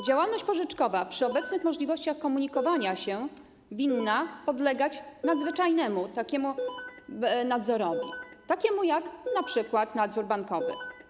Działalność pożyczkowa przy obecnych możliwościach komunikowania się winna podlegać nadzwyczajnemu nadzorowi, takiemu jak np. nadzór bankowy.